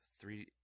three